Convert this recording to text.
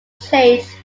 change